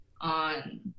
on